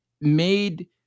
made